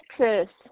Texas